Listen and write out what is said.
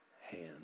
hand